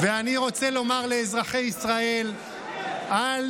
ואני רוצה לומר לאזרחי ישראל, תפסיקו לשקר.